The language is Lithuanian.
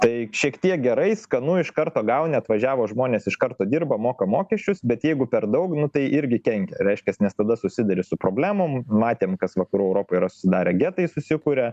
tai šiek tiek gerai skanu iš karto gauni atvažiavo žmonės iš karto dirba moka mokesčius bet jeigu per daug nu tai irgi kenkia reiškias nes tada susiduri su problemom matėm kas vakarų europoj yra susidarę getai susikuria